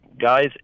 guys